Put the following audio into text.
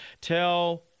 Tell